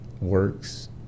works